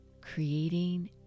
creating